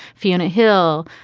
fiona hill,